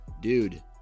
dude